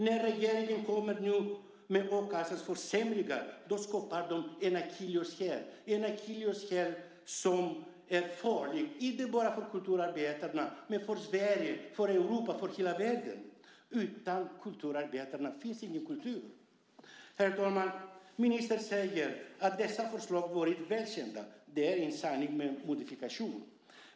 När regeringen nu kommer med a-kasseförsämringar skapar den en akilleshäl - en akilleshäl som är farlig inte bara för kulturarbetarna utan för Sverige, för Europa och för hela världen. Utan kulturarbetarna finns ingen kultur. Herr talman! Ministern säger att dessa förslag har varit väl kända. Det är en sanning med modifikation.